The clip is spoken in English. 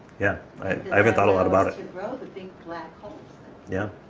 yeah, i haven't thought a lot about it. to grow the big black holes yeah